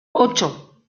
ocho